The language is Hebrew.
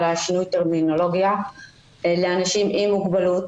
שינוי הטרמינולוגיה לאנשים עם מוגבלות,